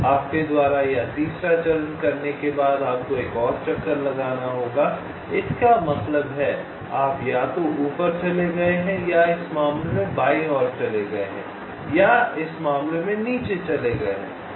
आपके द्वारा यह तीसरा चरण करने के बाद आपको एक और चक्कर लेना होगा इसका मतलब है आप या तो ऊपर चले गए हैं या इस मामले में बाईं ओर चले गए हैं या इस मामले में नीचे चले गए हैं